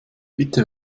bitte